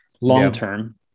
long-term